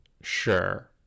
sure